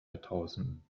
jahrtausenden